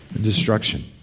destruction